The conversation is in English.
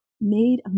Made